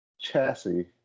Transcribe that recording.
chassis